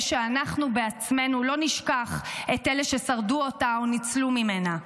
שאנחנו בעצמנו לא נשכח את אלה ששרדו או ניצלו ממנה.